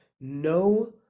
No